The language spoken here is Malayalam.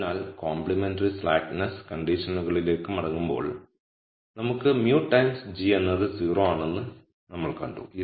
അതിനാൽ കോംപ്ലിമെന്ററി സ്ലാക്ക്നെസ് കണ്ടിഷനുകൾലേക്ക് മടങ്ങുമ്പോൾ നമുക്ക് μ ടൈംസ് g എന്നത് 0 ആണെന്ന് നമ്മൾ കണ്ടു